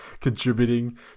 contributing